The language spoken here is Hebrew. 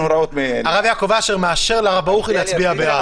הרב יעקב אשר מאשר לרב ברוכי להצביע בעד.